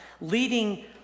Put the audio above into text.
leading